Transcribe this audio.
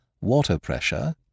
water-pressure